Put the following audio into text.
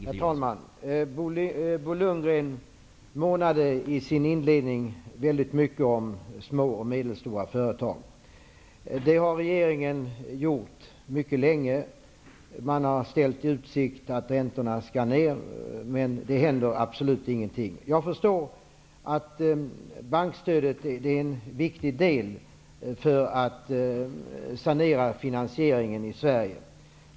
Herr talman! Bo Lundgren månade i sin inledning mycket om små och medelstora företag. Det har regeringen gjort länge. Man har ställt i utsikt att räntorna skall ned, men absolut ingenting händer. Jag förstår att bankstödet är en viktig del för att sanera finansieringen i Sverige.